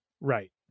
Right